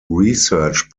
research